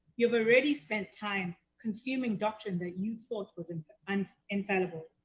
you've already spent time consuming doctrine that you thought was and um infallible.